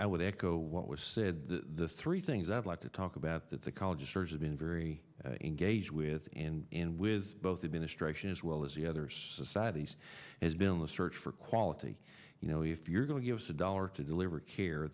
i would echo what was said the three things i'd like to talk about that the college of surgeons been very engaged with and in with both administration as well as the other societies has been the search for quality you know if you're going to give us a dollar to deliver